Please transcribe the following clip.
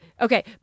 Okay